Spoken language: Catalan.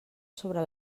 sobre